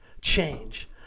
change